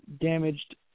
Damaged